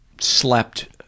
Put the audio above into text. slept